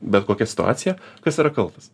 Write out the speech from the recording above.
bet kokia situacija kas yra kaltas